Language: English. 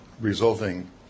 resulting